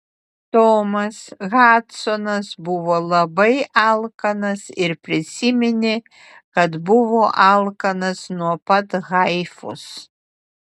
tomas hadsonas buvo labai alkanas ir prisiminė kad buvo alkanas nuo pat haifos